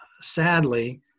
Sadly